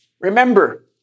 remember